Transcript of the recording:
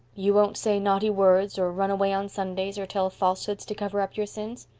you won't say naughty words, or run away on sundays, or tell falsehoods to cover up your sins?